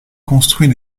construit